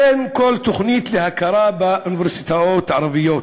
אין כל תוכנית להכרה באוניברסיטאות ערביות.